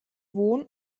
wohn